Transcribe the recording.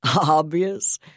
Obvious